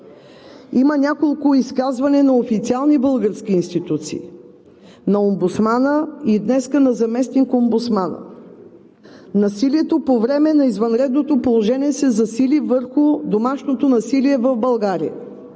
Има няколко изказвания на официални български институции – на омбудсмана, а днес и на заместник-омбудсмана. По време на извънредното положение се засили домашното насилие в България.